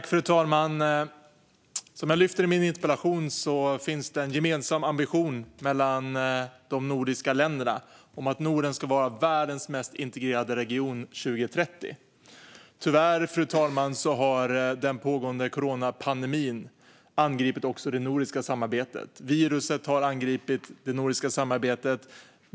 Fru talman! Som jag lyfter fram i min interpellation finns det en gemensam ambition mellan de nordiska länderna om att Norden ska vara världens mest integrerade region 2030. Tyvärr har den pågående coronapandemin angripit också det nordiska samarbetet.